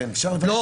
כן.